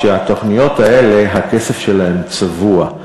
שאמרתי, שהתוכניות האלה, הכסף שלהן צבוע.